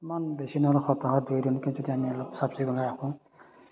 ইমান বেছি নহয় সপ্তাহত দুই এদিনকৈ যদি আমি অলপ চাফ চিকুণকৈ ৰাখোঁ